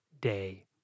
day